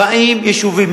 40 יישובים.